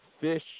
fish